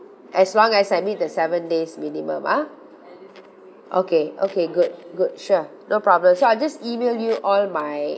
as long as I meet the seven days minimum ah okay okay good good sure no problem so I'll just email you all my